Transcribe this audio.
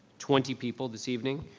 twenty people this evening,